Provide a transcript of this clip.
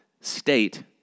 state